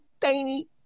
tiny